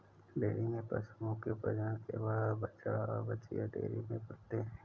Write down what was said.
dairy में पशुओं के प्रजनन के बाद बछड़ा और बाछियाँ डेयरी में पलते हैं